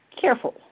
careful